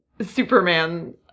Superman